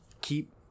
Keep